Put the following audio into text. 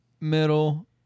Middle